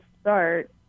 start